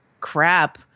Crap